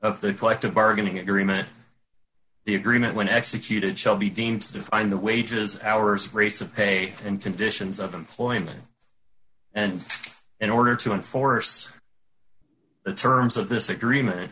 of the collective bargaining agreement the agreement when executed shall be deemed to define the wages hours race of pay and conditions of employment and in order to enforce the terms of this agreement